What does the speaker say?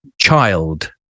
Child